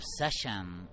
obsession